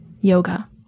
yoga